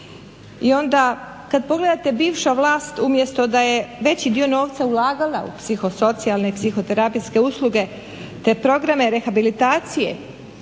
I onda kad pogledate bivša vlast umjesto da je veći dio novca ulagala u psiho socijalne i psiho terapijske usluge, te programe rehabilitacije